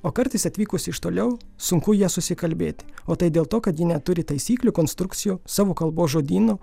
o kartais atvykus iš toliau sunku ja susikalbėti o tai dėl to kad ji neturi taisyklių konstrukcijų savo kalbos žodyno